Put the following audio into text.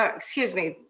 excuse me.